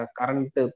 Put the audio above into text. current